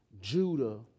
Judah